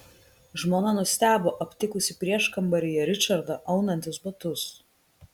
žmona nustebo aptikusi prieškambaryje ričardą aunantis batus